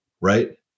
right